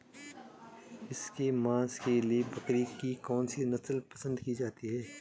इसके मांस के लिए बकरी की कौन सी नस्ल पसंद की जाती है?